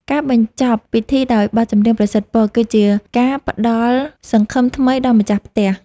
ការបញ្ចប់ពិធីដោយបទចម្រៀងប្រសិទ្ធពរ គឺជាការផ្ដល់សង្ឃឹមថ្មីដល់ម្ចាស់ផ្ទះ។